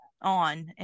on